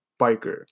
biker